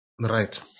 Right